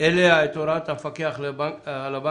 אליה את הוראת המפקח על הבנקים